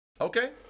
Okay